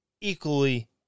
equally